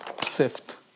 sift